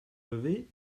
levé